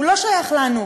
הוא לא שייך לנו.